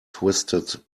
twisted